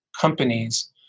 companies